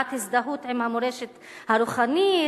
הודעת הזדהות עם המורשת הרוחנית,